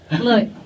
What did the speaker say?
Look